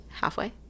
halfway